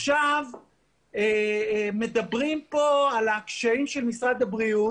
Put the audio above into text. עכשיו מדברים פה על הקשיים של משרד הבריאות.